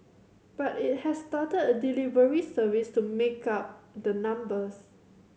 but it has started a delivery service to make up the numbers